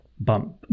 bump